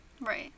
Right